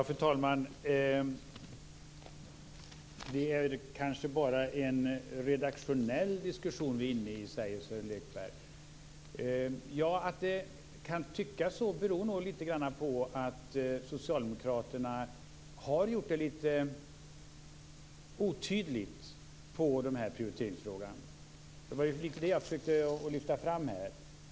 Fru talman! Det är kanske bara en redaktionell diskussion som vi är inne i, säger Sören Lekberg. Att det kan tyckas så beror nog lite grann på att socialdemokraterna har varit lite otydliga i prioriteringsfrågan. Det var det som jag försökte lyfta fram.